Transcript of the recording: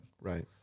Right